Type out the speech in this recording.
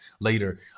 later